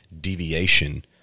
deviation